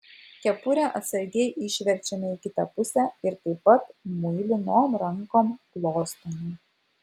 kepurę atsargiai išverčiame į kitą pusę ir taip pat muilinom rankom glostome